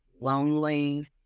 lonely